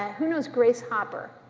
who knows grace hopper,